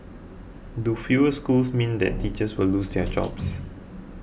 do fewer schools mean that teachers will lose their jobs